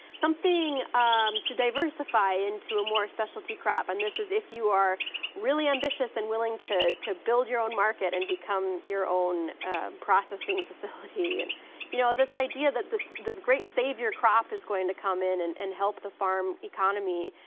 something um to diversify into a more specialty crop and this is if you are really ambitious and willing to to build your own market and become your own processing facility. you know this idea that this this great savior crop is going to come in and and help the farm economy,